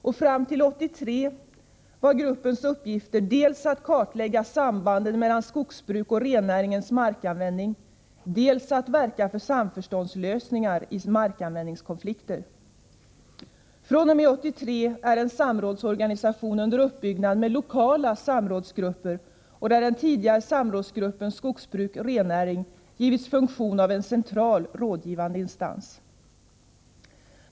Fram till 1983 var gruppens uppgifter dels att kartlägga sambanden mellan skogsbruket och rennäringens markanvändning, dels att verka för samförståndslösningar i markanvändningskonflikter. fr.o.m. 1983 är en samrådsorganisation under uppbyggnad med lokala samrådsgrupper och där den tidigare samrådsgruppen skogsbruk/rennäring givits funktionen av central rådgivande instans.